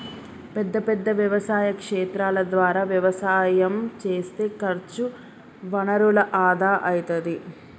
పెద్ద పెద్ద వ్యవసాయ క్షేత్రాల ద్వారా వ్యవసాయం చేస్తే ఖర్చు వనరుల ఆదా అయితది